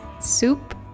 soup